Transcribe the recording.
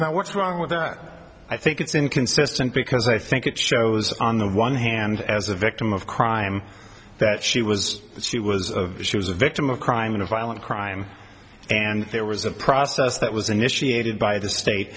that what's wrong with that i think it's inconsistent because i think it shows on the one hand as a victim of crime that she was she was of she was a victim of crime in a violent crime and there was a process that was initiated by the state